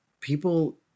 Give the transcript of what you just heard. people